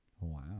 Wow